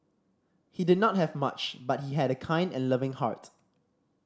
he did not have much but he had a kind and loving heart